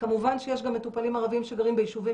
כמובן שיש גם מטופלים ערבים שגרים ביישובים